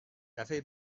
دفعه